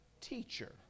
teacher